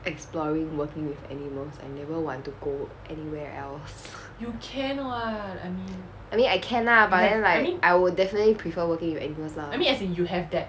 exploring working with animals I never want to go anywhere else I mean I can lah but then like I would definitely prefer working with animals lah